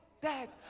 dad